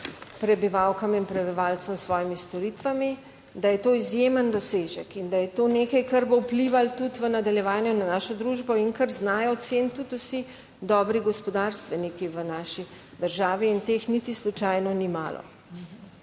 prebivalkam in prebivalcem s svojimi storitvami, da je to izjemen dosežek in da je to nekaj, kar bo vplivalo tudi v nadaljevanju na našo družbo in kar znajo ceniti tudi vsi dobri gospodarstveniki v naši državi, in teh niti slučajno ni malo.